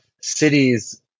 cities